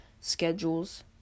schedules